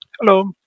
Hello